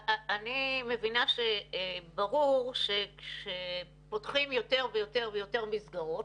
אני מבינה שברור שפותחים יותר ויותר ויותר מסגרות,